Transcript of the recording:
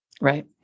Right